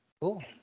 Cool